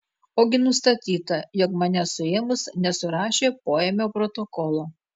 ogi nustatyta jog mane suėmus nesurašė poėmio protokolo